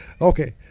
okay